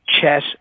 chess